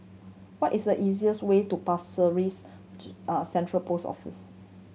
what is the easiest way to Pasir Ris Central Post Office